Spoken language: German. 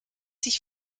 sich